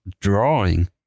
drawing